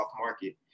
market